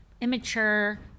immature